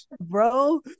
bro